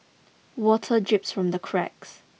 water drips from the cracks